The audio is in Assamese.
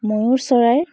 ময়ুৰ চৰাইৰ